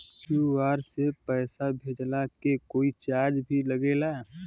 QR से पैसा भेजला के कोई चार्ज भी लागेला?